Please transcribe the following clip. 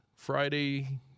Friday